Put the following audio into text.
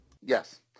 Yes